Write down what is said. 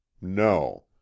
No